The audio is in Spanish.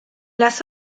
las